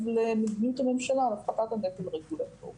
למדיניות הממשלה להפחתת הנטל הרגולטורי.